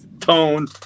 tone